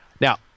Now